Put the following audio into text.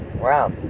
Wow